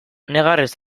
negarrez